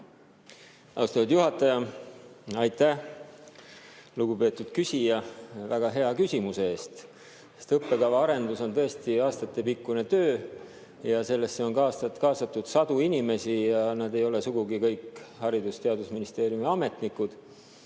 Austatud juhataja! Aitäh, lugupeetud küsija, väga hea küsimuse eest! Õppekava arendus on tõesti aastatepikkune töö, sellesse on kaasatud sadu inimesi ja nad kõik ei ole sugugi Haridus- ja Teadusministeeriumi ametnikud.